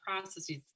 processes